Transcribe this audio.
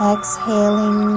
Exhaling